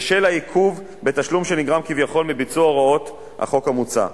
בשל העיכוב בתשלום שנגרם כביכול מביצוע הוראות החוק המוצע.